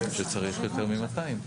שצריך יותר מ-200.